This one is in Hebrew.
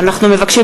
בקימה.